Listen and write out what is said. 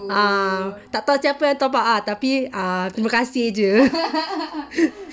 uh tak tahu siapa yang top up ah tapi terima kasih jer